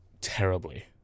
terribly